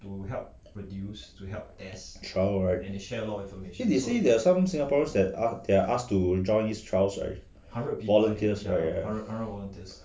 trial right eh they say there are some singaporeans that are ask to join this trials volunteers rights